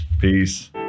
peace